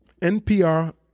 NPR